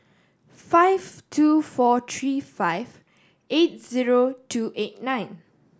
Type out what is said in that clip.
five two four three five eight two eight nine